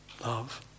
Love